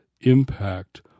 impact